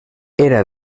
era